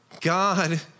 God